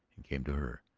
and came to her.